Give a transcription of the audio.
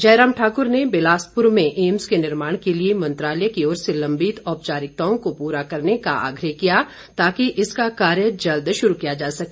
जयराम ठाकुर ने बिलासपुर में एम्स के निर्माण के लिए मंत्रालय की ओर से लंबित औपचारिकताओं को पूरा करने का आग्रह किया ताकि इसका कार्य जल्द शुरू किया जा सके